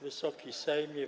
Wysoki Sejmie!